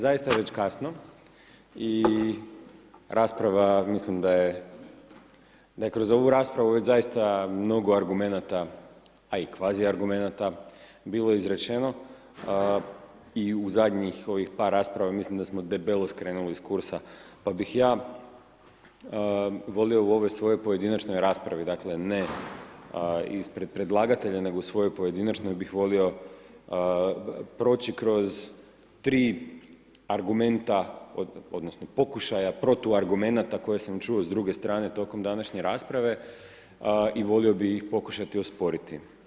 Zaista je već kasno i rasprava, mislim da je, da je kroz ovu raspravu već zaista mnogo argumenata, a i kvazi argumenata bilo izrečeno i u zadnjih ovih par rasprava mislim da smo debelo skrenuli s kursa, pa bih ja volio u ovoj svojoj pojedinačnoj raspravi, dakle, ne ispred predlagatelja, nego u svojoj pojedinačnoj bih volio proći kroz 3 argumenta odnosno pokušaja protuargumenata koje sam čuo s druge strane tokom današnje rasprave i volio bih pokušati osporiti.